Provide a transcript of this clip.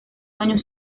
años